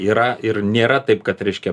yra ir nėra taip kad reiškia